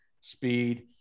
speed